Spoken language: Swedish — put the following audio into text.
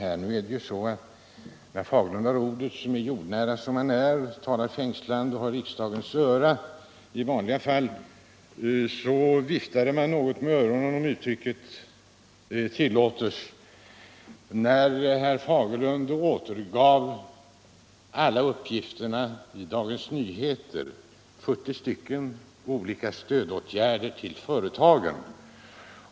Det är ju så att herr Fagerlund, som är jordnära och talar fängslande, har riksdagens öra och därför viftade man något med öronen, om uttrycket tillåtes, när herr Fagerlund återgav alla uppgifterna i Dagens Nyheter — 40 stycken — om olika stödåtgärder till företagen.